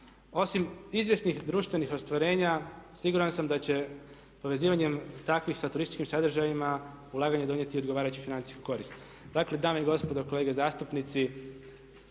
Osim izvjesnih društvenih ostvarenja siguran sam da će povezivanjem takvih sa turističkim sadržajima ulaganje donijeti odgovarajuću financijsku korist. Dakle dame i gospodo kolege zastupnici